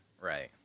right